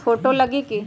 Photo लगी कि?